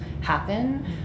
happen